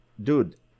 Dude